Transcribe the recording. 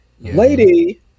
Lady